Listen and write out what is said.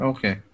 Okay